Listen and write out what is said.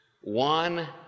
One